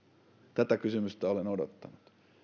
tätä kysymystä olen odottanut